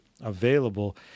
available